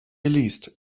geleast